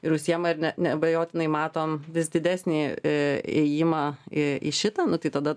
ir užsiėma ir ne neabejotinai matom vis didesnį ė ėjimą į į šitą nu tai tada